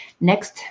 Next